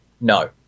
No